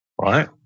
right